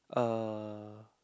eh